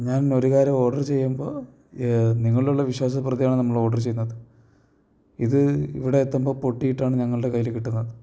ഞാനൊരു കാര്യം ഓഡർ ചെയ്യുമ്പോൾ നിങ്ങളിലുള്ള വിശ്വാസം പുറത്തെയാണ് നമ്മൾ ഓഡർ ചെയ്യുന്നത് ഇത് ഇവിടെ എത്തുമ്പോൾ പൊട്ടിയിട്ടാണ് ഞങ്ങളുടെ കയ്യിൽ കിട്ടുന്നത്